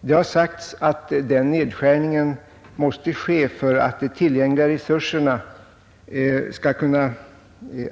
Det har sagts att den nedskärningen måste ske för att de tillgängliga resurserna skall kunna